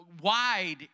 wide